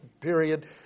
period